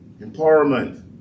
empowerment